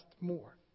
more